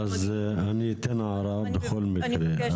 אני אתן הערה בכל מקרה,